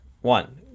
One